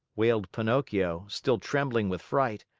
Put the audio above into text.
wailed pinocchio, still trembling with fright.